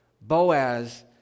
Boaz